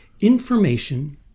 Information